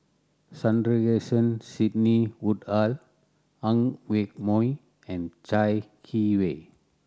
Sandrasegaran Sidney Woodhull Ang Yoke Mooi and Chai Yee Wei